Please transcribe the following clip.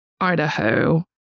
Idaho